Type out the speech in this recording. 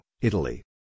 Italy